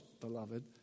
beloved